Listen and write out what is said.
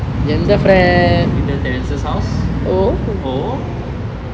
terence's house oh